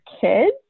kids